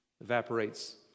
evaporates